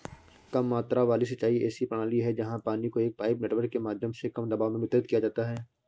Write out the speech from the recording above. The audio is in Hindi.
कम मात्रा वाली सिंचाई ऐसी प्रणाली है जहाँ पानी को एक पाइप नेटवर्क के माध्यम से कम दबाव में वितरित किया जाता है